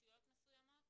רשויות מסוימות